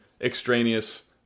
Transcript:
extraneous